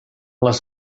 les